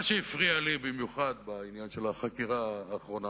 מה שהפריע לי במיוחד בעניין של החקירה האחרונה,